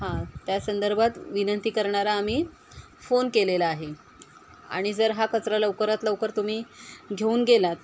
हां त्या संदर्भात विनंती करणारा आम्ही फोन केलेला आहे आणि जर हा कचरा लवकरात लवकर तुम्ही घेऊन गेलात